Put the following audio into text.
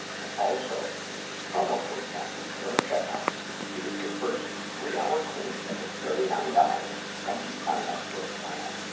and also use promo code mental during checkout to get your first three-hour cleaning for thirty nine dollars dollars once you sign up for a plan.